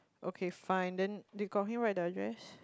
okay fine then you got him right the address